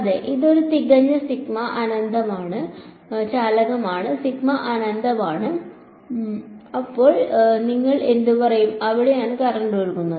അല്ല ഇത് ഒരു തികഞ്ഞ ചാലകമാണ് അനന്തമാണ് അപ്പോൾ നിങ്ങൾ എന്ത് പറയും എവിടെയാണ് കറന്റ് ഒഴുകുന്നത്